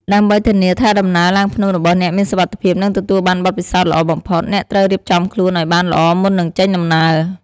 ដើម្បីធានាថាដំណើរឡើងភ្នំរបស់អ្នកមានសុវត្ថិភាព និងទទួលបានបទពិសោធន៍ល្អបំផុត អ្នកត្រូវរៀបចំខ្លួនឲ្យបានល្អមុននឹងចេញដំណើរ។